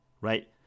Right